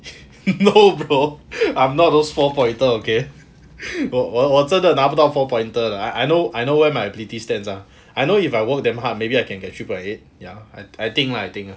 no bro I'm not those four pointer okay 我真的拿不到 four pointer 的 ah I know I know where my ability stands ah I know if I work damn hard maybe I can get three point eight ya lah I think I think